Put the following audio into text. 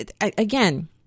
again